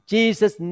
Jesus